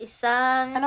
Isang